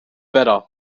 better